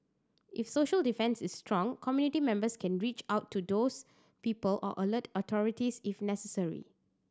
if social defence is strong community members can reach out to those people or alert the authorities if necessary